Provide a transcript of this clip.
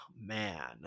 man